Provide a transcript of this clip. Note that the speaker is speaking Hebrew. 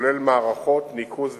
כולל מערכות ניקוז ותאורה,